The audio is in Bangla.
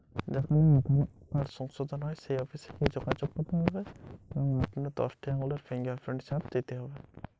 আমার আধার কার্ড কিভাবে আপডেট করব?